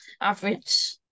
average